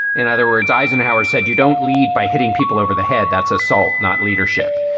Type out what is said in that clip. in other words, eisenhower said you don't lead by hitting people over the head. that's assault, not leadership.